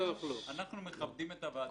אנחנו מכבדים את הוועדה,